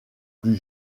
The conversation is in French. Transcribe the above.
plus